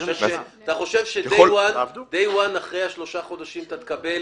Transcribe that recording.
אתה חושב שיום אחרי שלושת החודשים אתה תקבל